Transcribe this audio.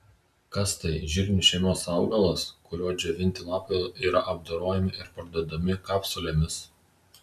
kas tai žirnių šeimos augalas kurio džiovinti lapai yra apdorojami ir parduodami kapsulėmis